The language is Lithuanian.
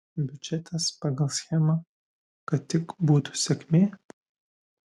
biudžetas pagal schemą kad tik būtų sėkmė